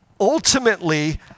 ultimately